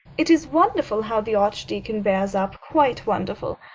it is wonderful how the archdeacon bears up, quite wonderful.